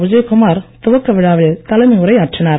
விஜயகுமார் துவக்க விழாவில் தலைமை உரையாற்றினார்